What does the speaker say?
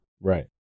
Right